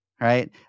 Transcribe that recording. right